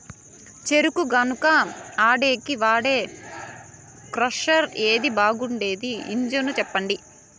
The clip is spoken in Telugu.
చెరుకు గానుగ ఆడేకి వాడే క్రషర్ ఏది బాగుండేది ఇంజను చెప్పండి?